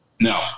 No